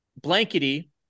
blankety